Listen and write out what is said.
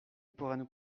pourraient